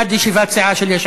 מייד ישיבת סיעה של יש